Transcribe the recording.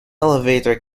elevator